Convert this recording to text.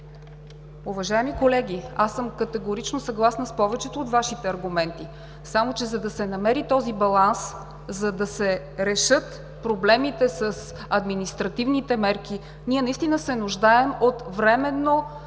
Уважаеми колеги, аз съм категорично съгласна с повечето от Вашите аргументи. Само че, за да се намери този баланс, за да се решат проблемите с административните мерки, ние наистина се нуждаем от временно